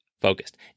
focused